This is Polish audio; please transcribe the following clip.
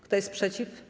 Kto jest przeciw?